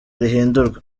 rihindurwa